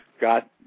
got